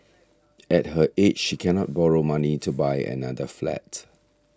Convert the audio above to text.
at her age she cannot borrow money to buy another flat